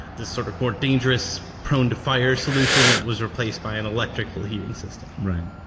this sort of more dangerous, prone to fire solution was replaced by an electrical heating system right.